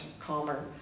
calmer